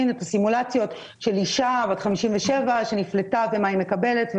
את הסימולציות של אישה בת 57 שנפלטה ומה היא מקבלת.